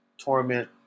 torment